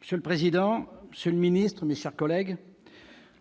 Monsieur le président, monsieur le ministre d'État, mes chers collègues,